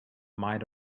might